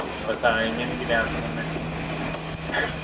गोसाळें बी किदें आसा म्हणी